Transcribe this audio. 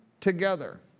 together